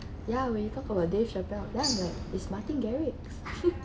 ya when you come for a day shock out damn the is martin garrix